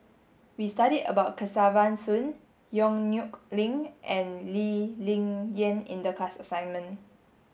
we studied about Kesavan Soon Yong Nyuk Lin and Lee Ling Yen in the class assignment